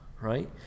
right